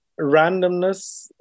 randomness